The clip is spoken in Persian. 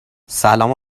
سلام